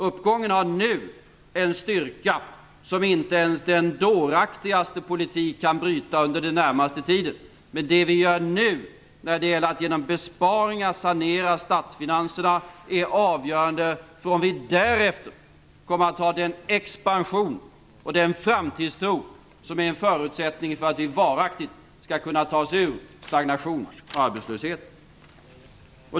Uppgången har nu en styrka som inte ens den dåraktigaste politik kan bryta under den närmaste tiden, men det vi gör nu när det gäller att genom besparingar sanera statsfinanserna är avgörande för om vi därefter kommer att ha den expansion och den framtidstro som är en förutsättning för att vi varaktigt skall kunna ta oss ur stagnation och arbetslöshet.